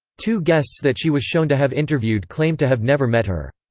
two guests that she was shown to have interviewed claimed to have never met her.